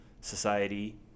society